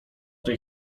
tej